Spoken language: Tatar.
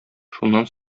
шуннан